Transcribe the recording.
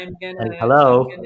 hello